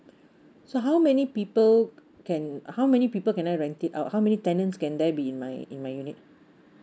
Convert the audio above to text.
so how many people can how many people can I rent it out how many tenants can there be in my in my unit